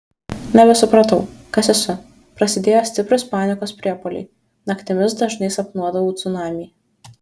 nebesupratau kas esu prasidėjo stiprūs panikos priepuoliai naktimis dažnai sapnuodavau cunamį